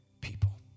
people